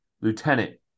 Lieutenant